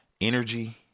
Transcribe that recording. energy